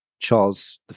Charles